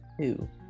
two